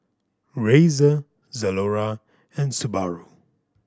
Razer Zalora and Subaru